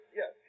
yes